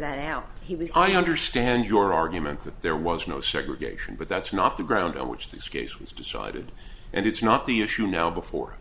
was i understand your argument that there was no segregation but that's not the ground on which this case was decided and it's not the issue now before